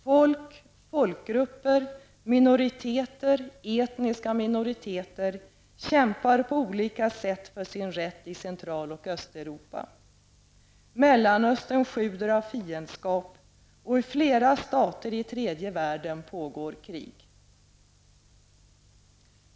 Folk, folkgrupper, minoriteter, etniska minoriteter kämpar på olika sätt för sin rätt i Central och Östeuropa. Mellanöstern sjuder av fiendeskap och i flera små stater i tredje världen pågår krig.